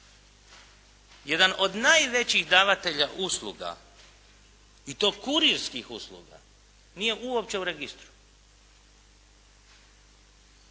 Jedan od najvećih davatelja usluga i to kurirskih usluga nije uopće u registru.